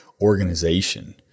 organization